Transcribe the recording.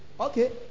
Okay